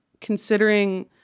considering